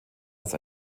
als